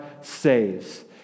saves